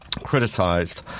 criticized